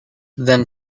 then